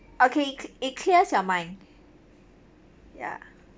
okay it cl~ it clears your mind ya